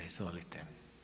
Izvolite.